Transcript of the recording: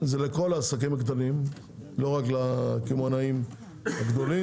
זה לכל העסקים הקטנים, לא רק לקמעונאים הגדולים,